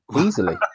easily